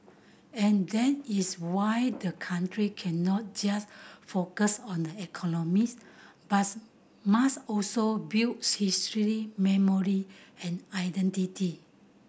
and that is why the country cannot just focus on the economics but must also build history memory and identity